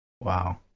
Wow